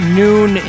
noon